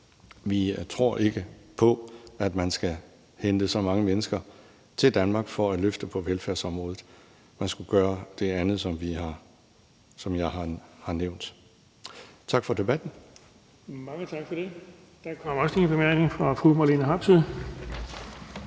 Vi tror ikke på, at man skal hente så mange mennesker til Danmark for at løfte velfærdsområdet. Man skulle gøre det andet, som jeg har nævnt. Tak for debatten. Kl. 18:44 Den fg. formand (Erling Bonnesen): Mange